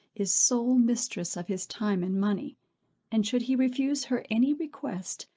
is sole mistress of his time and money and, should he refuse her any request,